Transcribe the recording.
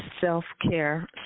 self-care